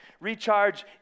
Recharge